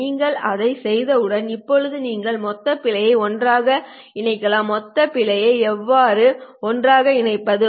நீங்கள் அதைச் செய்தவுடன் இப்போது நீங்கள் மொத்த பிழையை ஒன்றாக இணைக்கலாம் மொத்த பிழையை எவ்வாறு ஒன்றாக இணைப்பது